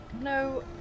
No